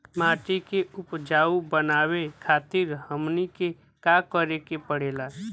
माटी के उपजाऊ बनावे खातिर हमनी के का करें के पढ़ेला?